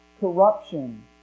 corruption